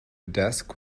desk